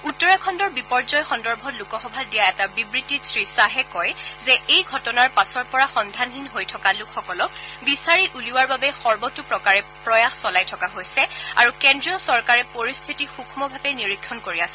উত্তৰাখণ্ডৰ বিপৰ্য্য় সন্দৰ্ভত লোকসভাত দিয়া এটা বিবৃতিত শ্ৰীশ্বাহে কয় যে এই ঘটনাৰ পাছৰ পৰা সন্ধানহীন হৈ থকা লোকসকলক বিচাৰি উলিওৱাৰ বাবে সৰ্বতোপ্ৰকাৰে প্ৰয়াস চলাই থকা হৈছে আৰু কেদ্ৰীয় চৰকাৰে পৰিস্থিতি সূক্ষ্মভাৱে নিৰীক্ষণ কৰি আছে